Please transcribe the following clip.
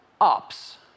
ops